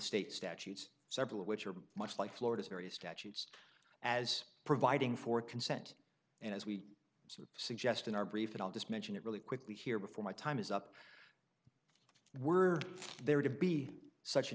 state statutes several of which are much like florida's very statutes as providing for consent and as we suggest in our brief but i'll just mention it really quickly here before my time is up were there to be such an